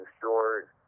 short